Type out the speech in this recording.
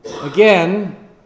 again